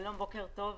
שלום ובוקר טוב.